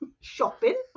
Shopping